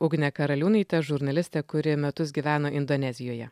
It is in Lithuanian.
ugnė karaliūnaitė žurnalistė kuri metus gyveno indonezijoje